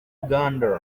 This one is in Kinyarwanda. uganda